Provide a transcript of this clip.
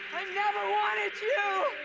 never wanted you.